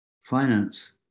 finance